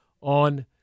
on